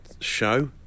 Show